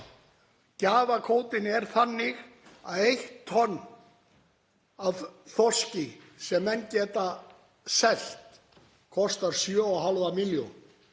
Gjafakvótinn er þannig að eitt tonn af þorski sem menn geta selt kostar 7,5 milljónir.